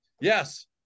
yes